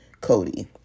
Cody